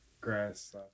Grass